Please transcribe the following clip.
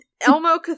Elmo